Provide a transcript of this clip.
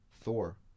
Thor